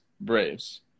Braves